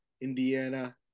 Indiana